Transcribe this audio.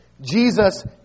Jesus